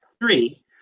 Three